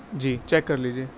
جی check کر لیجیے